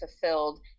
fulfilled